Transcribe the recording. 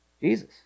Jesus